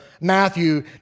Matthew